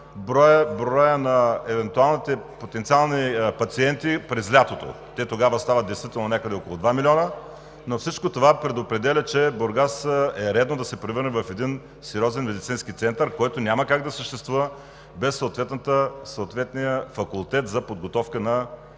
броя на евентуалните потенциални пациенти през лятото. Тогава те стават някъде около два милиона, но всичко това предопределя, че Бургас е редно да се превърне в един сериозен медицински център, който няма как да съществува без съответния факултет за предклинична медицинска